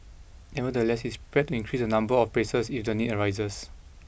nevertheless is threaten increase the number of places if the need arises